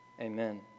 Amen